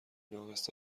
ناقص